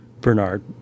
Bernard